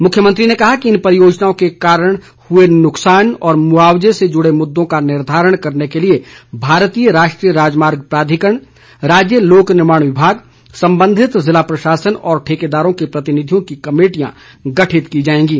मुख्यमंत्री ने कहा कि इन परियोजनाओं के कारण हुए नुकसान और मुआवजे से जुड़े मुददों का निर्धारण करने के लिए भारतीय राष्ट्रीय राजमार्ग प्राधिकरण राज्य लोकनिर्माण विभाग संबधित जिला प्रशासन और ठेकेदारों के प्रतिनिधियों की कमेटियां गठित की जाएंगी